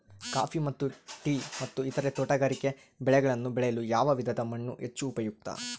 Coffee ಮತ್ತು tea ಮತ್ತು ಇತರ ತೋಟಗಾರಿಕೆ ಬೆಳೆಗಳನ್ನು ಬೆಳೆಯಲು ಯಾವ ವಿಧದ ಮಣ್ಣು ಹೆಚ್ಚು ಉಪಯುಕ್ತ?